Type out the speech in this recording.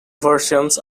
versions